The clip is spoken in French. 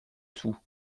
tout